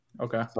Okay